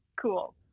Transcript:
cool